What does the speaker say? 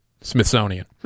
Smithsonian